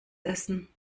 essen